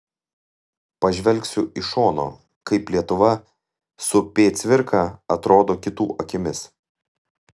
pažvelgsiu iš šono kaip lietuva su p cvirka atrodo kitų akimis